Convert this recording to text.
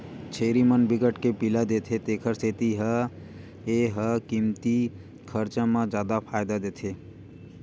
छेरी मन बिकट के पिला देथे तेखर सेती ए ह कमती खरचा म जादा फायदा देथे